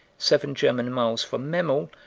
seven german miles from memel,